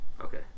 Okay